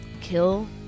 kill